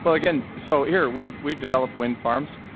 but again so, here, we we develop wind farms,